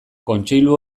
kontseilu